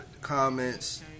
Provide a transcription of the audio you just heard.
comments